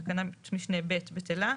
תקנת משנה (ב) בטלה.